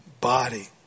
body